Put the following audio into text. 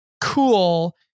cool